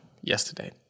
yesterday